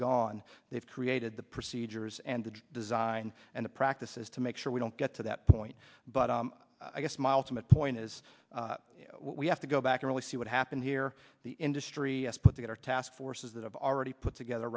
gone they've created the procedures and the design and the practices to make sure we don't get to that point but i guess miles from a point is we have to go back to really see what happened here the industry put together task forces that have already put together